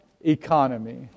economy